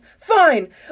fine